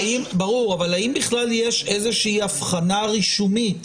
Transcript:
האם בכלל יש איזושהי אבחנה רישומית